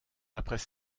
après